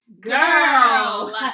Girl